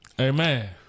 Amen